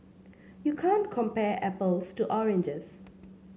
you can't compare apples to oranges